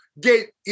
get